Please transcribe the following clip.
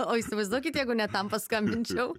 o įsivaizduokit jeigu ne tam paskambinčiau